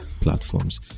platforms